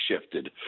shifted